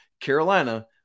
Carolina